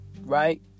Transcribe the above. Right